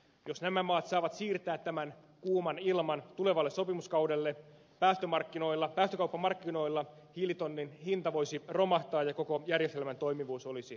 jos nämä maat saavat siirtää tämän kuuman ilman tulevalle sopimuskaudelle päästökauppamarkkinoilla hiilitonnin hinta voisi romahtaa ja koko järjestelmän toimivuus olisi uhattuna